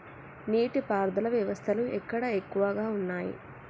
నీటి పారుదల వ్యవస్థలు ఎక్కడ ఎక్కువగా ఉన్నాయి?